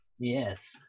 Yes